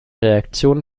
reaktion